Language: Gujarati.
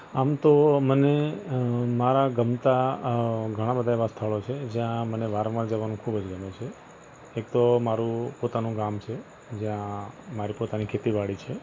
આમ તો મને મારા ગમતાં અ ઘણાં બધા એવા સ્થળો છે જ્યાં મને વારંવાર જવાનું ખૂબ જ ગમે છે એક તો મારું પોતાનું ગામ છે જ્યાં મારી પોતાની ખેતીવાડી છે